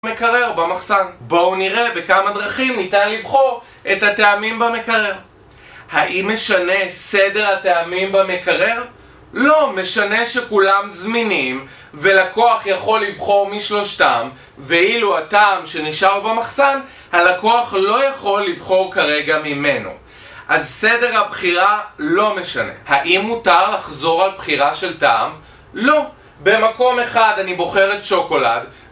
מקרר במחסן. בואו נראה בכמה דרכים ניתן לבחור את הטעמים במקרר. האם משנה סדר הטעמים במקרר? לא. משנה שכולם זמינים, ולקוח יכול לבחור משלושתם, ואילו הטעם שנשאר במחסן, הלקוח לא יכול לבחור כרגע ממנו. אז סדר הבחירה לא משנה. האם מותר לחזור על בחירה של טעם? לא. במקום אחד אני בוחר את שוקולד...